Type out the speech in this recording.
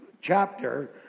chapter